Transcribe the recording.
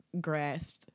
grasped